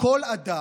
כל אדם,